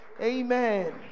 amen